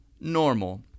normal